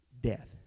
death